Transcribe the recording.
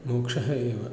मोक्षः एव